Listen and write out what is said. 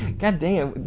god damn.